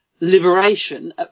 liberation